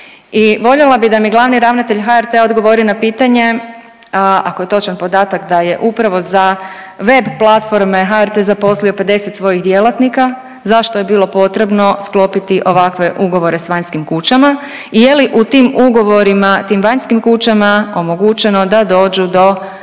i voljela bih da mi glavni ravnatelj HRT-a odgovori na pitanje, ako je točan podatak da je upravo za web platforme HRT zaposlio 50 svojih djelatnika, zašto je bilo potrebno sklopiti ovakve ugovore s vanjskim kućama i je li u tim ugovorima, tim vanjskim kućama omogućeno da dođu do